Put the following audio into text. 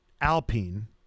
Alpine—